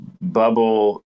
bubble